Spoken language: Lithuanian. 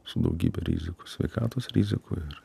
su daugybe rizikų sveikatos rizikų ir